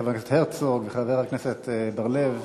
חבר הכנסת הרצוג וחבר הכנסת בר-לב,